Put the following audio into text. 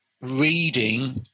reading